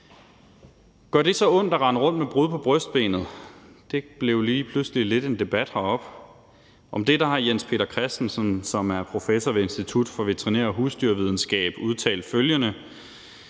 Gør det så ondt at rende rundt med brud på brystbenet? Det blev lige pludselig til lidt af en debat heroppe. Det har Jens Peter Christensen, som er professor ved Institut for Veterinær- og Husdyrvidenskab, udtalt følgende